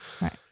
right